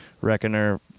Reckoner